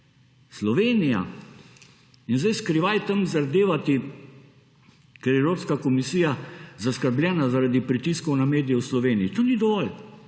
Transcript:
Slovenija. In sedaj skrivaj tam zardevati, ker je Evropska komisija zaskrbljena zaradi pritiskov na medije v Sloveniji. To ni dovolj.